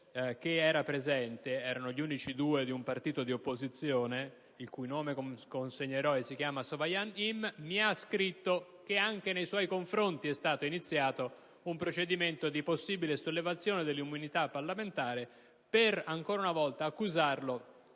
che era presente (erano gli unici due di un partito di opposizione), Sovann Yim, mi ha scritto che anche nei suoi confronti è stato iniziato un procedimento di possibile revoca dell'immunità parlamentare per, ancora una volta, accusarlo